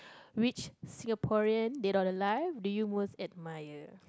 which Singaporean dead or alive did you most admire